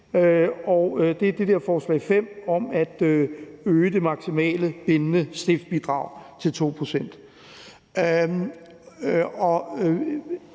og det er forslag nr. 5 om at øge det maksimale bindende stiftsbidrag til 2